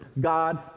God